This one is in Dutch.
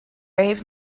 heeft